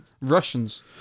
Russians